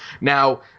Now